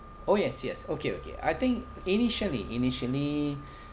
oh yes yes okay okay I think initially initially